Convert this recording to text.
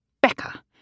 Becca